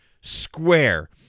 square